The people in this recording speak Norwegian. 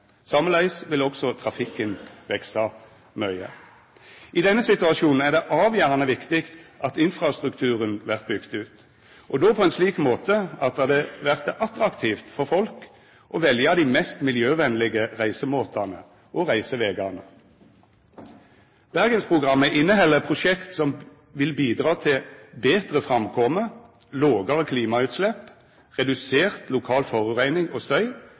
Sameleis vil også trafikken veksa mykje. I denne situasjonen er det avgjerande viktig at infrastrukturen vert bygd ut, og då på ein slik måte at det vert attraktivt for folk å velja dei mest miljøvenlege reisemåtane og reisevegane. Bergensprogrammet inneheld prosjekt som vil bidra til betre framkome, lågare klimautslepp, redusert lokal forureining og støy